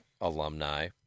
alumni